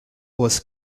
was